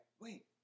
wait